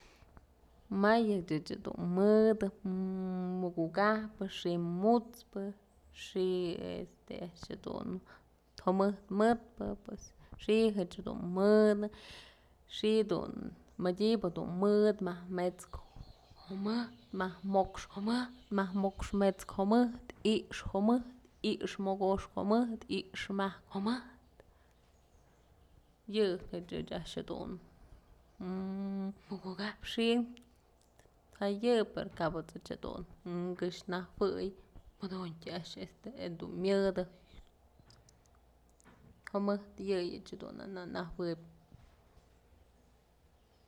Mayëch ëch jedun mëdë mukukajpë xi'i mut'spë xi'i este a'ax jedun jumët mëtpë pues xi'i jedun mëdë xi'i dun madyëbë dun mëd majk met'skë, majk moxk jumëjtë, majk moxk met'skë jumëjtë, i'ixë jumëjtë, i'ixë mokoxkë jumëjtë, i'ixë majk jumëjtë yëch ëch a'ax jedun mukukapyë xi'i ja'a yë pero kap ëch jedun këx najuëy muduntyë a'ax jedun myëdë jumëjtë yëyëch dun na nëjuëb.